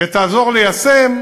ותעזור ליישם,